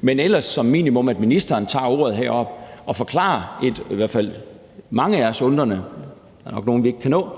mange af os herinde, der er undrende – der er nok nogle, vi ikke kan nå